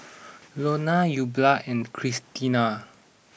Lonna Eulalia and Christena